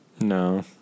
No